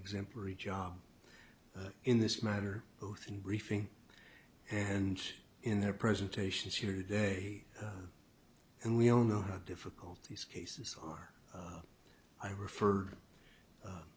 exemplary job in this matter both in briefing and in their presentations here today and we all know how difficult these cases are i referred